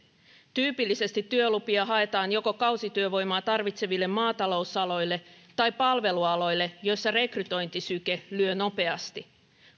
tyypillisesti työlupia haetaan joko kausityövoimaa tarvitseville maatalousaloille tai palvelualoille joissa rekrytointisyke lyö nopeasti